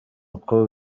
uko